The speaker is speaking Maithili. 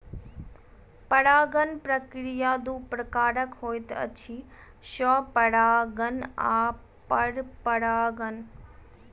परागण प्रक्रिया दू प्रकारक होइत अछि, स्वपरागण आ परपरागण